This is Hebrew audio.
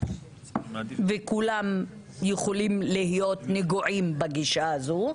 וכולם יכולים להיות נגועים בגישה הזו,